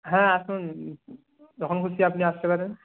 হ্যাঁ আসুন যখন খুশি আপনি আসতে পারেন